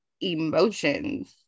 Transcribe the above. emotions